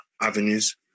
avenues